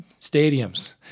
Stadiums